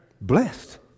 Blessed